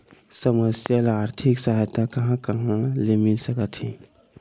समस्या ल आर्थिक सहायता कहां कहा ले मिल सकथे?